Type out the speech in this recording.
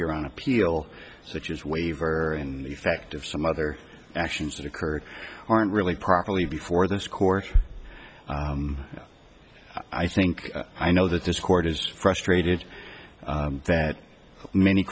here on appeal such as waiver and the fact of some other actions that occurred aren't really properly before this court i think i know that this court is frustrated that many